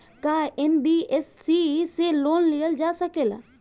का एन.बी.एफ.सी से लोन लियल जा सकेला?